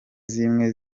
zimwe